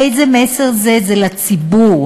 איזה מסר זה לציבור,